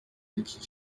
ikibi